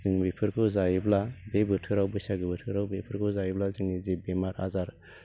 जों बेफोरखौ जायोब्ला बे बोथोराव बैसागो बोथोराव बेफोरखौ जायोब्ला जोंनि जि बेमार आजार